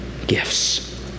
Gifts